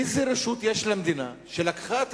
איזו רשות יש למדינה, שהפקיעה את